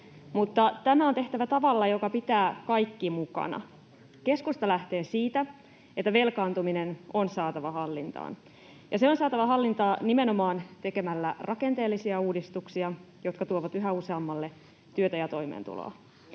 tämä on tehtävä tavalla, joka pitää kaikki mukana. Keskusta lähtee siitä, että velkaantuminen on saatava hallintaan, ja se on saatava hallintaan nimenomaan tekemällä rakenteellisia uudistuksia, jotka tuovat yhä useammalle työtä ja toimeentuloa.